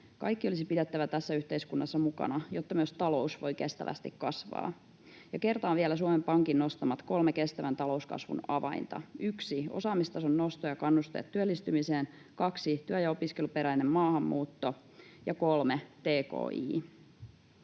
Kaikki olisi pidettävä tässä yhteiskunnassa mukana, jotta myös talous voi kestävästi kasvaa. Ja kertaan vielä Suomen Pankin nostamat kolme kestävän talouskasvun avainta: 1) osaamistason nosto ja kannusteet työllistymiseen, 2) työ- ja opiskeluperäinen maahanmuutto ja 3)